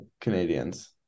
Canadians